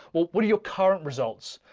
what are your current results?